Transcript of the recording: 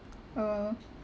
orh